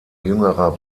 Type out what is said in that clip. jüngerer